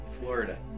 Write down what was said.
Florida